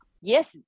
Yes